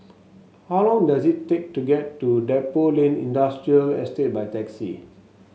how long does it take to get to Depot Lane Industrial Estate by taxi